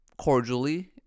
cordially